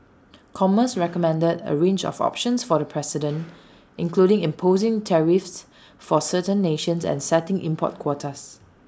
commerce recommended A range of options for the president including imposing tariffs for certain nations and setting import quotas